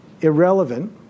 irrelevant